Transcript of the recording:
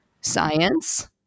Science